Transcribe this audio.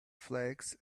flakes